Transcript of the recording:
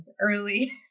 early